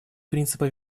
принципа